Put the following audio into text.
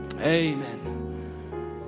Amen